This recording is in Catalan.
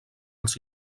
els